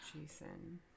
Jason